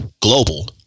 global